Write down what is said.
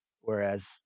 whereas